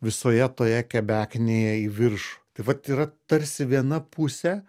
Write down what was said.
visoje toje kebeknėje į viršų tai vat yra tarsi viena pusė